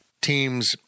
teams